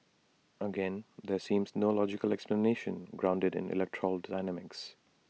again there seems no logical explanation grounded in electoral dynamics